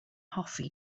hoffi